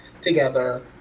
together